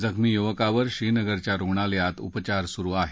जखमी युवकावर श्रीनगरच्या रुग्णालयात उपचार सुरु आहेत